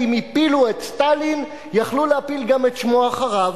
אם הפילו את סטלין, יכלו להפיל גם את שמו אחריו.